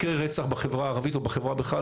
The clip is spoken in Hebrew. מקרי רצח בחברה הערבית או בחברה בכלל,